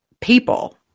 people